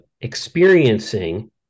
experiencing